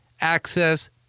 access